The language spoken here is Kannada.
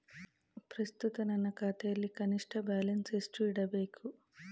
ಪ್ರಸ್ತುತ ನನ್ನ ಖಾತೆಯಲ್ಲಿ ಕನಿಷ್ಠ ಬ್ಯಾಲೆನ್ಸ್ ಎಷ್ಟು ಇಡಬೇಕು?